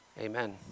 Amen